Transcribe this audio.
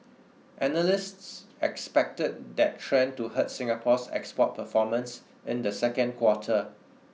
analysts expected that trend to hurt Singapore's export performance in the second quarter